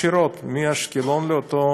ישירות מאשקלון לאותו